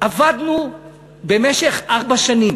עבדנו במשך ארבע שנים